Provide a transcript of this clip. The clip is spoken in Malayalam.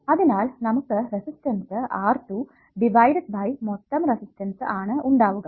അതിനാൽ നമുക്ക് റെസിസ്റ്റൻസ് R2 ഡിവൈഡഡ് ബൈ മൊത്തം റെസിസ്റ്റൻസ്സ് ആണ് ഉണ്ടാവുക